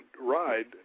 ride